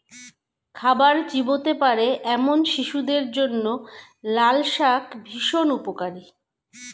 খাবার চিবোতে পারে এমন শিশুদের জন্য লালশাক ভীষণ উপকারী